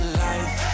life